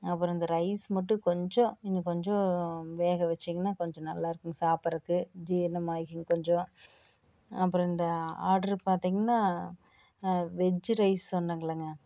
அப்புறம் இந்த ரைஸ் மட்டும் கொஞ்சம் இன்னும் கொஞ்சம் வேக வச்சீங்கன்னா கொஞ்சம் நல்லா இருக்குங்க சாப்புடுறக்கு ஜீரணம் ஆகிரும் கொஞ்சம் அப்புறம் இந்த ஆர்ட்ரு பார்த்தீங்கன்னா வெஜ்ஜு ரைஸ் சொன்னேங்க இல்லைங்க